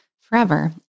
forever